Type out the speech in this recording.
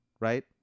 Right